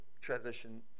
transition